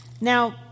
Now